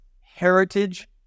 heritage